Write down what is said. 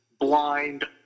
blind